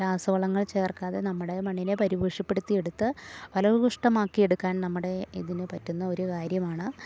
രാസവളങ്ങൾ ചേർക്കാതെ നമ്മുടെ മണ്ണിനെ പരിപോഷിപ്പെടുത്തിയെടുത്ത് ഫലഭൂവിഷ്ടമാക്കിയെടുക്കാൻ നമ്മുടെ ഇതിനു പറ്റുന്ന ഒരു കാര്യമാണ്